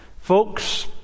Folks